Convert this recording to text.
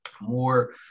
more